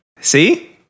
See